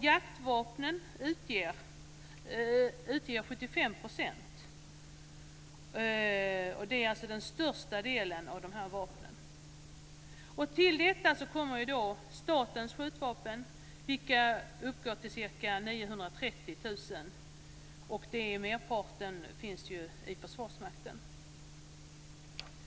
Jaktvapen utgör med sina 75 % den absolut största andelen av dessa vapen. Till detta kommer statens skjutvapen, vilka uppgår till ca 930 000 stycken, varav merparten tillhör Försvarsmakten.